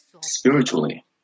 spiritually